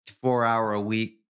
four-hour-a-week